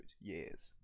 years